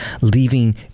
leaving